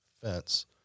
fence